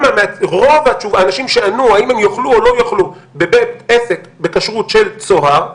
רוב האנשים שנשאלו האם הם יאכלו או לא יאכלו בבית עסק בכשרות של צהר,